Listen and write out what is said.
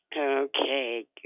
Okay